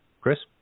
Chris